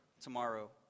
tomorrow